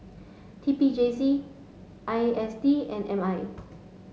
T P J C I S D and M I